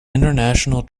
international